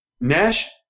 Nash